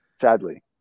Sadly